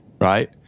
right